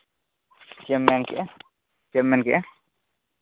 ᱪᱮᱫ ᱮᱢ ᱢᱮᱱ ᱠᱮᱫᱼᱟ ᱪᱮᱫ ᱮᱢ ᱢᱮᱱ ᱠᱮᱫᱼᱟ